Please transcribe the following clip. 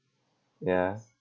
ya